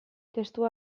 testua